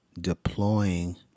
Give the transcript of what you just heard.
deploying